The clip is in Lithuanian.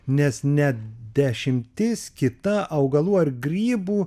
nes net dešimtis kita augalų ar grybų